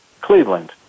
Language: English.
Cleveland